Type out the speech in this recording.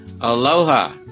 Aloha